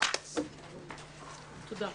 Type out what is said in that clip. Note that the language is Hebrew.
תודה רבה.